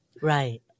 Right